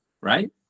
right